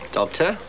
Doctor